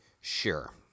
sure